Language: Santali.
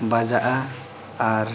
ᱵᱟᱡᱟᱜᱼᱟ ᱟᱨ